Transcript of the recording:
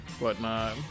whatnot